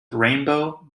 rainbow